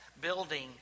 building